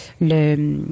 le